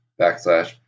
backslash